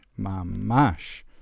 mamash